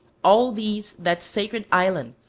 all these that sacred island,